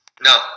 No